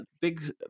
Big